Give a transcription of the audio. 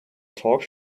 talk